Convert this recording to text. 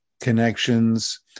connections